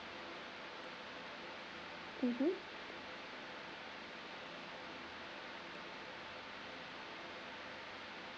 mmhmm